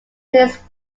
this